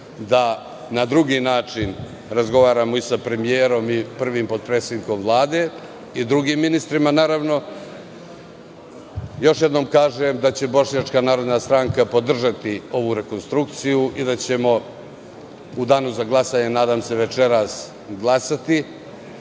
da na drugi način razgovaramo i sa premijerom i prvim potpredsednikom Vlade i drugim ministrima, naravno. Još jednom kažem da će Bošnjačka narodna stranka podržati ovu rekonstrukciju i da ćemo u danu za glasanje, nadam se večeras, glasati.